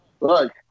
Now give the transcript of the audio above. Look